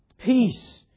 peace